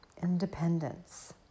independence